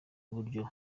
uburyo